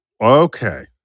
Okay